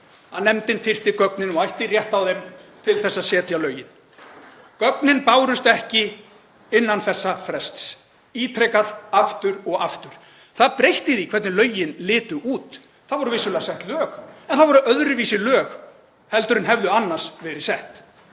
að hún þyrfti gögnin og ætti rétt á þeim til þess að setja lögin. Gögnin bárust ekki innan þessa frests; ítrekað og aftur og aftur. Það breytti því hvernig lögin litu út. Það voru vissulega sett lög en það voru öðruvísi lög en hefðu annars verið sett.